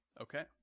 Okay